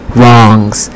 wrongs